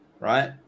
right